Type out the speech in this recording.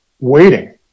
waiting